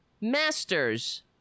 masters